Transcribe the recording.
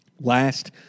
Last